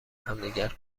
همدیگر